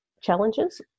challenges